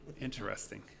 Interesting